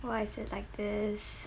why is it like this